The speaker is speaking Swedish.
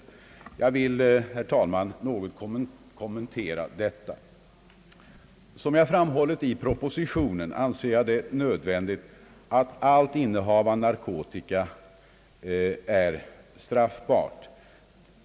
Jag vill, herr talman, något kommentera detta. Som jag framhållit i propositionen anser jag det nödvändigt att allt innehav av narkotika är straffbart.